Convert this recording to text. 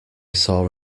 saw